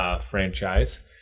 franchise